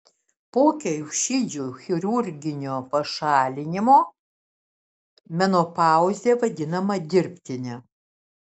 po kiaušidžių chirurginio pašalinimo menopauzė vadinama dirbtine